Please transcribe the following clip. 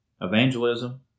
evangelism